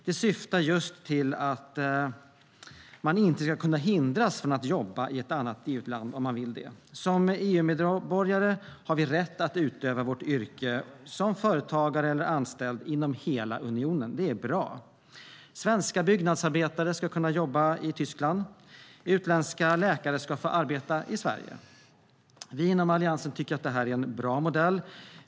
Det syftar just till att man inte ska kunna hindras från att jobba i ett annat EU-land om man vill det. Som EU-medborgare har vi rätt att utöva vårt yrke som företagare eller anställd inom hela unionen. Det är bra. Svenska byggnadsarbetare ska kunna jobba i Tyskland. Utländska läkare ska få arbeta i Sverige. Vi inom Alliansen tycker att det är en bra modell.